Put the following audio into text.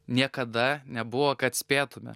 niekada nebuvo kad spėtume